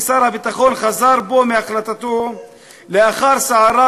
ושר הביטחון חזר בו מהחלטתו לאחר סערה